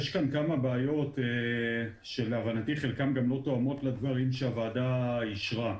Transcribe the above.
יש כאן כמה בעיות שלהבנתי חלקן גם לא תואמות לדברים שהוועדה אישרה.